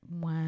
Wow